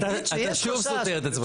אתה שוב סותר את עצמך.